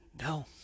No